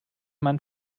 man